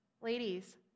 Ladies